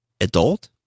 Adult